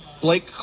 Blake